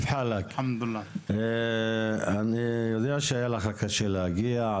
אני יודע שהיה לך קשה להגיע.